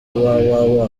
www